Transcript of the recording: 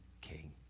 king